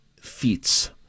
feats